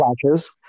Flashes